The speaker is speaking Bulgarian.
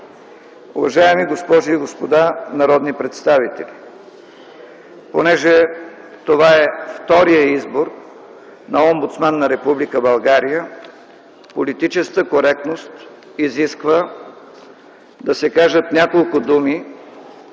Уважаеми госпожи и господа народни представители, понеже това е вторият избор на омбудсман на Република България, политическата коректност изисква да се кажат няколко думи